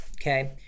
Okay